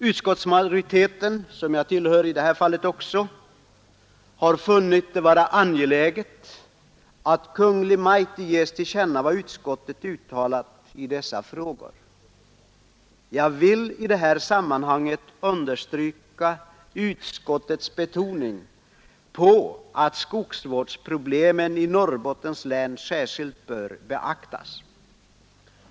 Utskottsmajoriteten, som jag tillhör också i detta fall, har funnit det vara angeläget att för Kungl. Maj:t ge till känna vad utskottet uttalat i dessa frågor. Jag vill i det — Nr 145 här sammanhanget understryka utskottets betoning av att skogsvårdspro Fredagen den blemen i Norrbottens län särskilt bör beaktas.